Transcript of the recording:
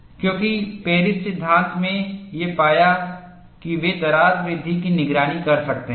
क्योंकि पेरिस सिद्धांत में ये पाया कि वे दरार वृद्धि की निगरानी कर सकते हैं